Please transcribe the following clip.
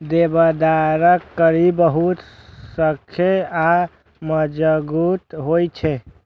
देवदारक कड़ी बहुत सख्त आ मजगूत होइ छै